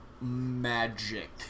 magic